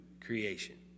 creation